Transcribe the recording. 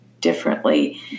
differently